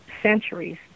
centuries